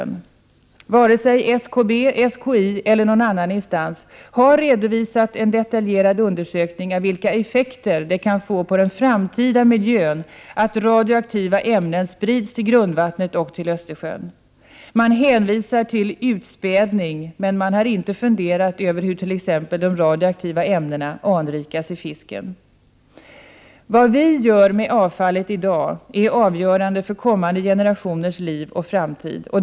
Inte vare sig SKB, SKI eller någon annan instans har redovisat en detaljerad undersökning av vilka effekter det kan bli på den framtida miljön, när radioaktiva ämnen sprids till grundvattnet och till Östersjön. Man hänvisar till utspädning, men man har inte funderat över hur t.ex. de radioaktiva ämnena anrikas i fisken. Vad vi gör med avfallet i dag är avgörande för kommande generationers liv och framtid.